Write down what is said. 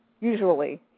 usually